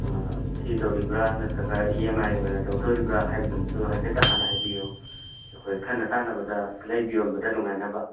ꯊꯤꯗꯧꯔꯤꯕ꯭ꯔꯥ ꯅꯠꯇ꯭ꯔꯒ E M I ꯑꯣꯏꯅ ꯇꯧꯗꯣꯔꯤꯕ꯭ꯔꯥ ꯍꯥꯏꯕꯗꯨꯃꯁꯨ ꯍꯥꯏꯐꯦꯠꯇ ꯍꯥꯟꯅ ꯍꯥꯏꯕꯌꯨ ꯑꯩꯈꯣꯏ ꯈꯟꯅ ꯇꯥꯟꯅꯕꯗ ꯂꯩꯕ ꯌꯣꯟꯕꯗ ꯅꯨꯡꯉꯥꯏꯅꯕ